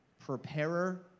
preparer